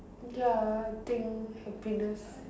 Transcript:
ya think happiness